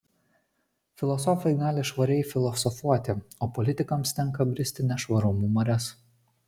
filosofai gali švariai filosofuoti o politikams tenka bristi nešvarumų marias